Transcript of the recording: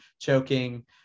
choking